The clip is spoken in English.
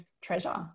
treasure